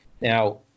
Now